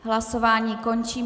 Hlasování končím.